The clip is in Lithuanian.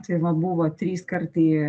tai va buvo trys kartai